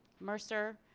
mercer,